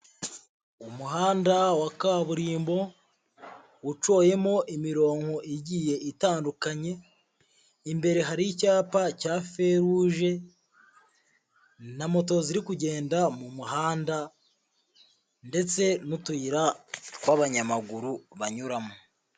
Umuhanda wa kaburimbo, ucoyemo imirongo igiye itandukanye, imbere hari icyapa cya feruje, na moto ziri kugenda mu muhanda ndetse n'utuyira tw'abanyamaguru banyuramo.